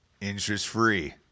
interest-free